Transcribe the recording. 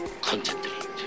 Concentrate